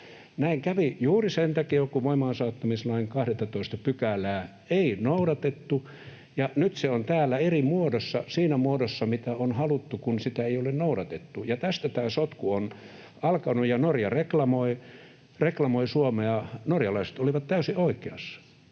Näin kävi juuri sen takia, kun voimaansaattamislain 12 §:ää ei noudatettu. Nyt se on täällä eri muodossa, siinä muodossa, mitä on haluttu, kun sitä ei ole noudatettu, ja tästä tämä sotku on alkanut, ja Norja reklamoi Suomea. Norjalaiset olivat täysin oikeassa